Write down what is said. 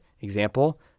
Example